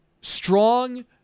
strong